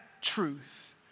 truth